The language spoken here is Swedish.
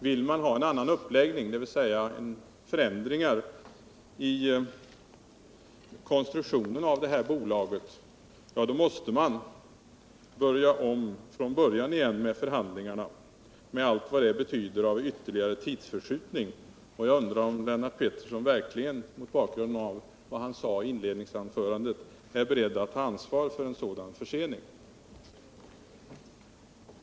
Vill man ha en annan uppläggning, dvs. förändringar i konstruktionen av bolaget, måste man börja om från början igen med förhandlingar med allt vad det betyder av ytterligare tidsförskjutning. Jag undrar om Lennart Pettersson verkligen mot bakgrund av vad han sade i sitt inledningsanförande är beredd att ta ansvar för en sådan försening.